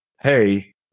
Hey